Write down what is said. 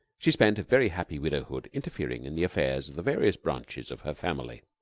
she spent a very happy widowhood interfering in the affairs of the various branches of her family.